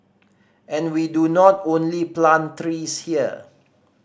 and we do not only plant trees here